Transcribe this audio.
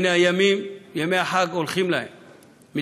הנה, ימי החג הולכים ומסתיימים.